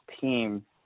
team